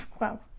Wow